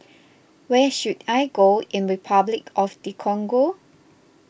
where should I go in Repuclic of the Congo